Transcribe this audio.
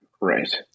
Right